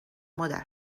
مادر